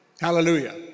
hallelujah